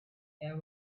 air